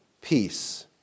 peace